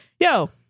yo